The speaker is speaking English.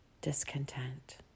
discontent